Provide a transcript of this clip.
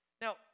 Now